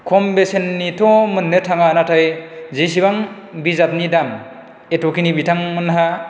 खम बेसेननिथ' मोननि थाङा नाथाय जिसेबां बिजाबनि दाम एट'खिनि बिथांमोनहा